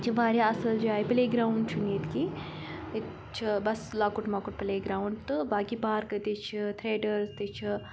یہِ چھِ واریاہ اَصٕل جاے پٕلے گرٛاوُنٛڈ چھُنہٕ ییٚتہِ کینٛہہ ییٚتہِ چھِ بَس لۄکُٹ مۄکُٹ پٕلے گرٛاوُنٛڈ تہٕ باقٕے پارکہٕ تہِ چھِ تھیٹٲرٕس تہِ چھِ